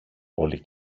όλοι